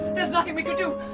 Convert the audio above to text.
there's nothing we could do!